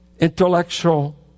intellectual